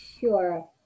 sure